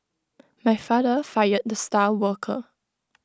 my father fired the star worker